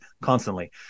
constantly